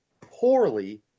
poorly